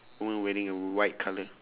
woman wearing a white colour